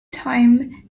time